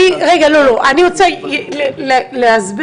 אני רוצה להסביר,